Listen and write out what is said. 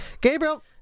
Gabriel